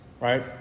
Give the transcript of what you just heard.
right